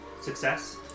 Success